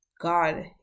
god